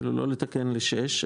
לא לתקן לשש,